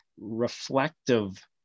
reflective